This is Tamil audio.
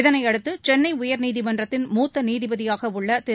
இதனையடுத்து சென்னை உயர்நீதிமன்றத்தின் மூத்த நீதிபதியாக உள்ள திரு